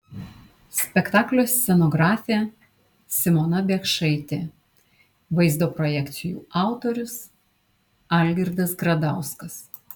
spektaklio scenografė simona biekšaitė vaizdo projekcijų autorius algirdas gradauskas